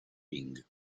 ring